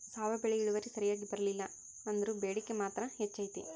ಸಾವೆ ಬೆಳಿ ಇಳುವರಿ ಸರಿಯಾಗಿ ಬರ್ಲಿಲ್ಲಾ ಅಂದ್ರು ಬೇಡಿಕೆ ಮಾತ್ರ ಹೆಚೈತಿ